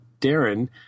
Darren